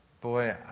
Boy